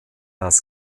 das